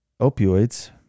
opioids